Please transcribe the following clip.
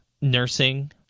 Nursing